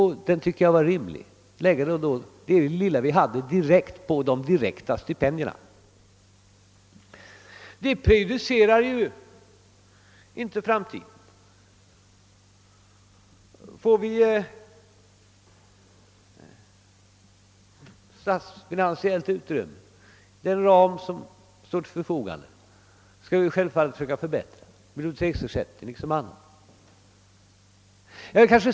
Jag tycker det var rimligt att lägga de pengar vi hade på de direkta stipendierna, men det är ju inte något prejudikat för framtiden. Den dag vi får det statsfinansiella utrymmet härför skall vi självfallet förbättra biblioteksersättningen liksom mycket annat.